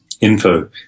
info